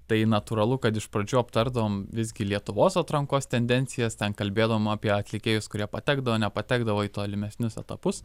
tai natūralu kad iš pradžių aptardavom visgi lietuvos atrankos tendencijas ten kalbėdavom apie atlikėjus kurie patekdavo nepatekdavo į tolimesnius etapus